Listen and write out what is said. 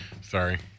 sorry